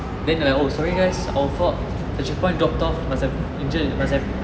then they like oh sorry guys our fault the checkpoint dropped off must have injured it must have